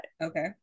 Okay